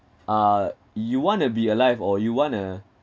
uh you want to be alive or you want to